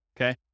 Okay